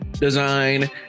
design